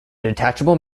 detachable